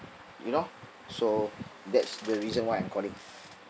you know so that's the reason why I'm calling